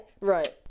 Right